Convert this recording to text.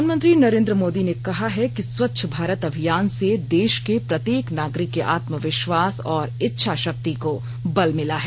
प्रधानमंत्री नरेन्द्र मोदी ने कहा है कि स्वच्छ भारत अभियान से देश के प्रत्येक नागरिक के आत्म विश्वास और इच्छा शक्ति को बल मिला है